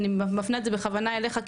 אני מפנה את זה בכוונה אליך,